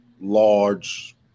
large